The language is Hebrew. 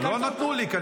השר קבע שיש אחד.